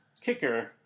kicker